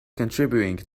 contributing